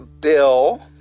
bill